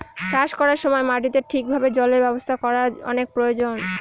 চাষ করার সময় মাটিতে ঠিক ভাবে জলের ব্যবস্থা করার অনেক প্রয়োজন